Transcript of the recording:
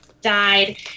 died